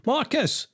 Marcus